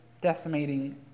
decimating